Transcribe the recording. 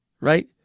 Right